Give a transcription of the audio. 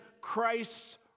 Christ's